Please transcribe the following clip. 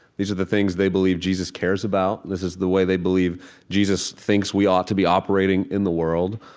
these are the things they believe jesus cares about, this is the way they believe jesus thinks we ought to be operating in the world,